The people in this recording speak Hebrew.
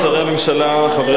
חברי הכנסת,